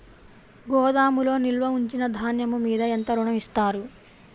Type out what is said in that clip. గోదాములో నిల్వ ఉంచిన ధాన్యము మీద ఎంత ఋణం ఇస్తారు?